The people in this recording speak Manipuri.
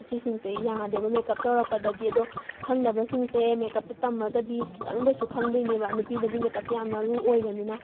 ꯑꯁꯤꯁꯤꯡꯁꯦ ꯌꯥꯗꯦꯕ ꯃꯦꯀꯞ ꯇꯧꯔꯛꯄꯗꯗꯤ ꯑꯗꯣ ꯈꯪꯗꯕꯁꯤꯡꯁꯦ ꯃꯦꯀꯞꯇꯨ ꯇꯝꯃꯒꯗꯤ ꯈꯤꯇꯪꯗ ꯑꯣꯏꯔꯁꯨ ꯈꯪꯗꯣꯏꯅꯦꯕ ꯅꯨꯄꯤꯗꯗꯤ ꯃꯦꯀꯞꯁꯦ ꯌꯥꯝ ꯃꯔꯨ ꯑꯣꯏꯕꯅꯤꯅ